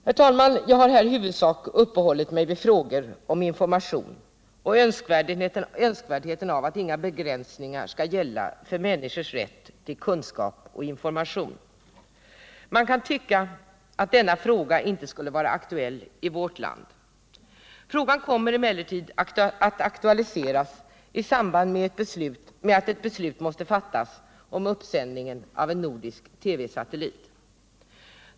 Herr talman! Jag har, herr talman, huvudsakligen uppehållit mig vid frågor om information och önskvärdheten av att inga begränsningar skall gälla för människors rätt till kunskap och information. Man kan tycka att denna fråga inte skulle vara aktuell i vårt land. Den kommer emellertid att aktualiseras i samband med att ett beslut måste fattas om uppsändning av en nordisk TV satellit.